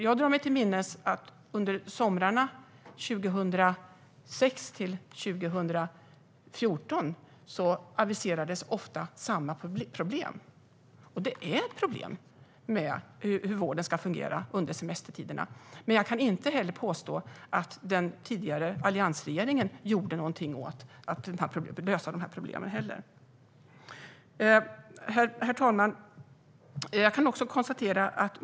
Jag drar mig till minnes att under somrarna 2006-2014 aviserades ofta samma problem. Hur vården ska fungera under semestertid är ett problem, men man kan inte påstå att den tidigare alliansregeringen gjorde något för att lösa detta. Herr talman!